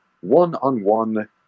one-on-one